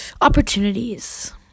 opportunities